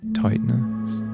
tightness